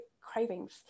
cravings